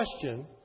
question